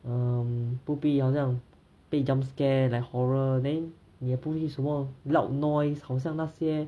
um 不必要好像被 jump scare like horror then 你也不会什么 loud noise 好像那些